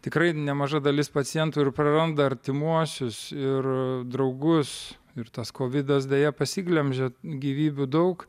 tikrai nemaža dalis pacientų ir praranda artimuosius ir draugus ir tas kovidas deja pasiglemžia gyvybių daug